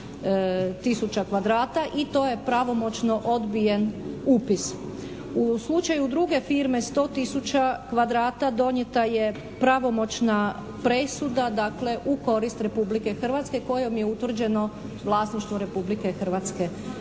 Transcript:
i to je pravomoćno odbijen upis. U slučaju druge firme 100 tisuća kvadrata, donijeta je pravomoćna presuda dakle u korist Republike Hrvatske kojom je utvrđeno vlasništvo Republike Hrvatske